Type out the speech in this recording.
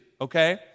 okay